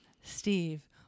Steve